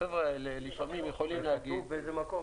החבר'ה האלה לפעמים יכולים להגיד -- זה כתוב באיזשהו מקום?